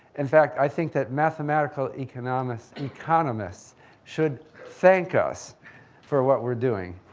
in fact, i think that mathematical economists economists should thank us for what we're doing.